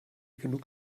genug